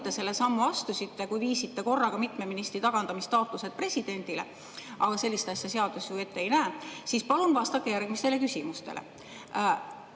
te selle sammu astusite, kui viisite korraga mitme ministri tagandamise taotlused presidendile – aga sellist asja seadus ju ette ei näe –, siis palun vastake järgmistele küsimustele.